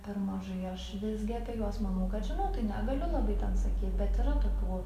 per mažai aš visgi apie juos manau kad žinau tai negaliu labai ten sakyt bet yra tokių